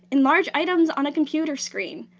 enlarge items on a computer screen,